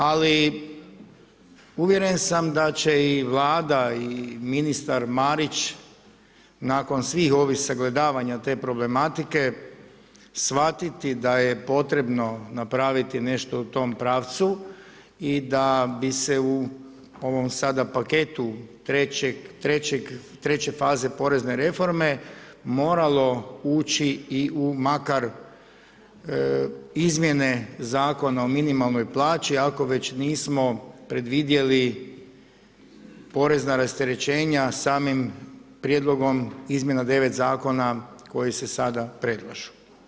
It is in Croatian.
Ali uvjeren sam da će i Vlada i ministar Marić nakon svih ovih sagledavanja te problematike shvatiti da je potrebno napraviti nešto u tom pravcu i da bi se u ovom sada paketu 3.-će faze porezne reforme moralo ući i u makar izmjene Zakona o minimalnoj plaći ako već nismo predvidjeli porezna rasterećenja samim prijedlogom izmjena 9 zakona koji se sada predlažu.